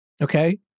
Okay